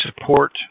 support